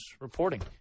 reporting